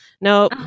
No